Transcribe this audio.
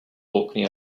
orkney